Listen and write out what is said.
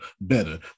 better